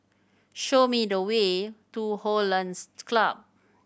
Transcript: show me the way to Hollandse Club